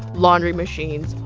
laundry machines,